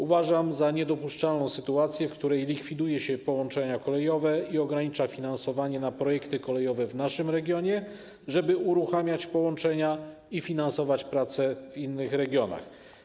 Uważam za niedopuszczalną sytuację, w której likwiduje się połączenia kolejowe i ogranicza finansowanie na projekty kolejowe w naszym regionie, żeby uruchamiać połączenia i finansować prace w innych regionach.